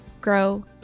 grow